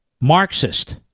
Marxist